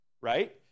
right